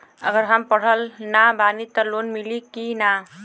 अगर हम पढ़ल ना बानी त लोन मिली कि ना?